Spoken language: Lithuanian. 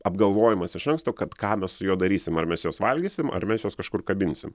apgalvojimas iš anksto kad ką mes su juo darysim ar mes juos valgysim ar mes juos kažkur kabinsim